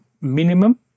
minimum